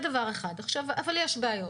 אבל יש בעיות,